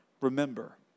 Remember